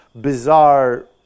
bizarre